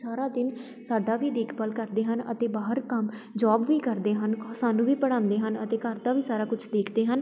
ਸਾਰਾ ਦਿਨ ਸਾਡੀ ਵੀ ਦੇਖਭਾਲ ਕਰਦੇ ਹਨ ਅਤੇ ਬਾਹਰ ਕੰਮ ਜੋਬ ਵੀ ਕਰਦੇ ਹਨ ਸਾਨੂੰ ਵੀ ਪੜ੍ਹਾਉਂਦੇ ਹਨ ਅਤੇ ਘਰ ਦਾ ਵੀ ਸਾਰਾ ਕੁਛ ਦੇਖਦੇ ਹਨ